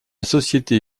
société